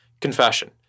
confession